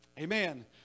Amen